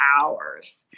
hours